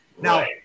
Now